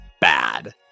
bad